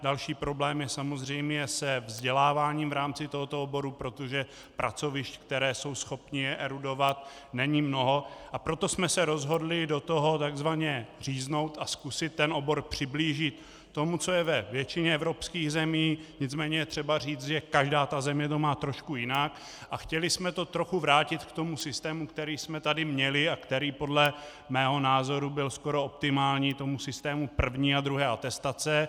Další problém je samozřejmě se vzděláváním v rámci tohoto oboru, protože pracovišť, která jsou schopna je erudovat, není mnoho, a proto jsme se rozhodli do toho tzv. říznout a zkusit ten obor přiblížit tomu, co je ve většině evropských zemí, nicméně je třeba říct, že každá země to má trošku jinak, a chtěli jsme to trochu vrátit k systému, který jsme tady měli a který podle mého názoru byl skoro optimální, k systému první a druhé atestace.